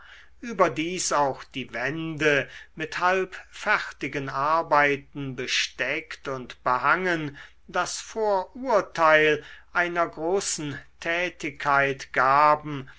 überdies auch die wände mit halbfertigen arbeiten besteckt und behangen das vorurteil einer großen tätigkeit gaben